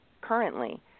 currently